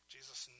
Jesus